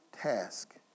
task